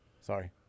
Sorry